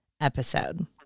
episode